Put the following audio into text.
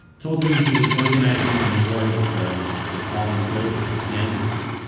told him he was organizing a memorial ceremony for fallen soldiers at the embassy.